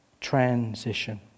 transition